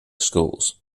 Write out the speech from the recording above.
schools